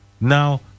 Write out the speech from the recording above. now